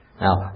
Now